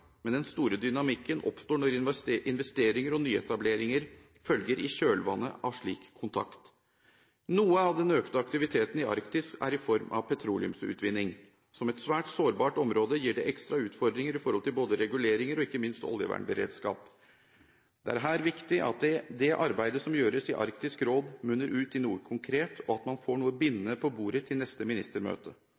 men den store dynamikken oppstår når investeringer og nyetableringer følger i kjølvannet av slik kontakt. Noe av den økte aktiviteten i Arktis er i form av petroleumsutvinning. Som et svært sårbart område gir det ekstra utfordringer i forhold til både reguleringer og ikke minst oljevernberedskap. Det er her viktig at det arbeidet som gjøres i Arktisk Råd, munner ut i noe konkret, og at man får noe bindende på bordet til neste ministermøte.